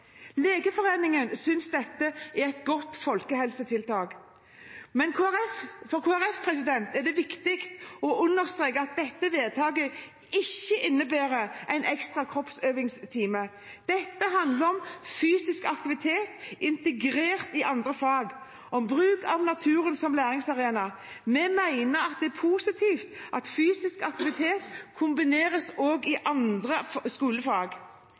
Legeforeningen synes dette er et godt folkehelsetiltak. Men for Kristelig Folkeparti er det viktig å understreke at dette forslaget til vedtak ikke innebærer en ekstra kroppsøvingstime. Dette handler om fysisk aktivitet integrert i andre fag og om bruk av naturen som læringsarena. Vi mener det er positivt at fysisk aktivitet kombineres med andre skolefag.